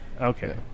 Okay